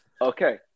Okay